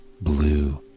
blue